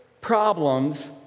problems